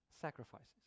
sacrifices